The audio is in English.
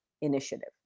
initiative